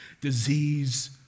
disease